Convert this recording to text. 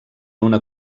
una